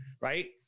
right